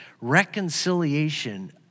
reconciliation